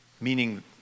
Meaning